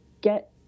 get